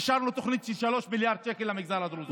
אישרנו תוכנית של 3 מיליארד שקל למגזר הדרוזי.